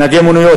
נהגי מוניות,